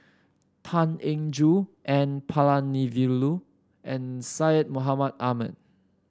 Tan Eng Joo N Palanivelu and Syed Mohamed Ahmed